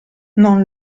non